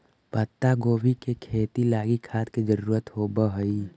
पत्तागोभी के खेती लागी खाद के जरूरत होब हई